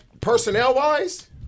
personnel-wise